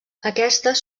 aquestes